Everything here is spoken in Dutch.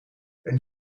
een